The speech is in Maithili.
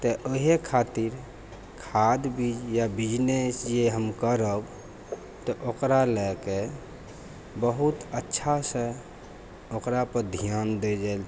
इहे खातिर खाद बीज या बिजनेस जे हम करब तऽ ओकरा लए कऽ बहुत अच्छासँ ओकरापर ध्यान देबल